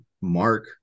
mark